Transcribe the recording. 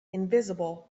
invisible